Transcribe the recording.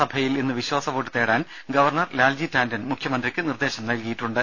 സഭയിൽ ഇന്ന് വിശ്വാസവോട്ട് തേടാൻ ഗവർണർ ലാൽജി ടാന്റൺ മുഖ്യമന്ത്രിക്ക് നിർദ്ദേശം നൽകിയിട്ടുണ്ട്